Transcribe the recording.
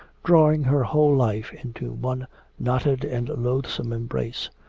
drawing her whole life into one knotted and loathsome embrace.